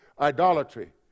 idolatry